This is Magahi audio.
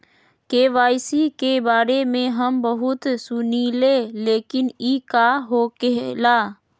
के.वाई.सी के बारे में हम बहुत सुनीले लेकिन इ का होखेला?